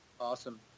Awesome